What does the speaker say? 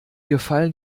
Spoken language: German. gefallen